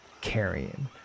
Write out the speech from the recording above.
carrying